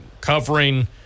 covering